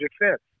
defense